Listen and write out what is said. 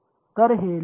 तर हे लिहू